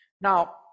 Now